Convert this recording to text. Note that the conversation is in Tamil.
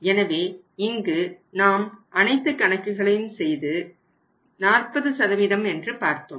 எனவே இங்கு நாம் அனைத்து கணக்குகளையும் செய்து 40 என்று பார்த்தோம்